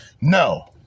No